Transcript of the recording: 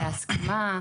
בהסכמה.